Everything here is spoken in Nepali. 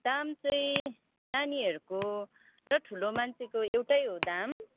दाम चाहिँ नानीहरूको र ठुलो मान्छेको एउटै हो दाम